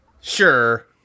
Sure